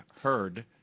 heard